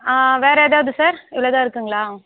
வேறு ஏதாவது சார் இவ்வளோ தான் இருக்குங்களா